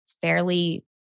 fairly